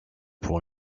pour